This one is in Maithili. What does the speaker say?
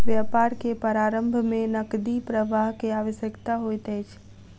व्यापार के प्रारम्भ में नकदी प्रवाह के आवश्यकता होइत अछि